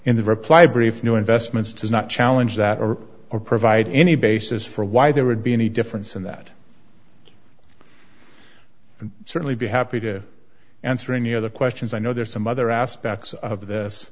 in the reply brief new investments does not challenge that or or provide any basis for why there would be any difference in that and certainly be happy to answer any other questions i know there's some other aspects of